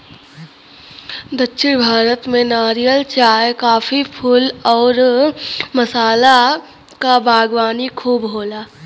दक्षिण भारत में नारियल, चाय, काफी, फूल आउर मसाला क बागवानी खूब होला